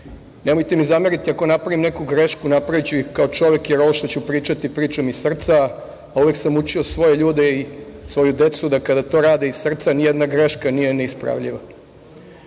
Nemojte mi zameriti ako napravim neku grašku, napraviću ih kao čovek, jer ovo što ću pričati, pričaću iz srca, a uvek sam učio svoje ljude i svoju decu, da kada to rade iz srca nijedna greška nije ne ispravljiva. Pričaću